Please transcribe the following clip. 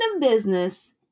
business